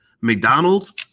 McDonald's